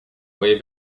way